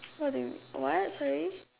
what do you what sorry